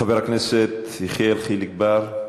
חבר הכנסת יחיאל חיליק בר,